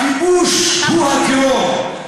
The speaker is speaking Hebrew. הכיבוש הוא הטרור.